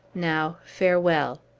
now, farewell!